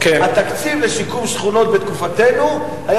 התקציב לשיקום שכונות בתקופתנו היה